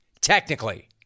Technically